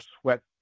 sweat